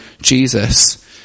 Jesus